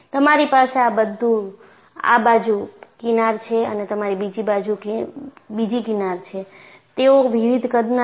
તમારી પાસે આ બાજુ કિનાર છે અને તમારી બીજી બાજુ બીજી કિનાર છે તેઓ વિવિધ કદના છે